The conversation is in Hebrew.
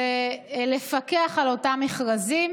זה לפקח על אותם מכרזים,